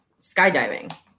skydiving